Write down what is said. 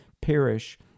perish